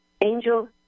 Angel